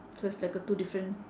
so it's like a two different